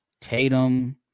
Tatum